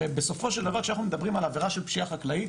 הרי בסופו של דבר כשאנחנו מדברים על עבירה של פשיעה חקלאית